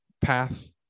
path